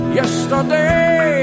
yesterday